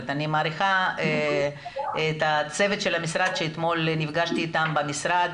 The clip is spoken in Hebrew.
שאני מעריכה את הצוות של המשרד שאתמול פגשתי במשרד